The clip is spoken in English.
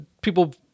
people